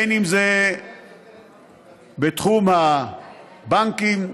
אם זה בתחום הבנקים,